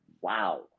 wow